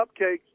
cupcakes